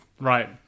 right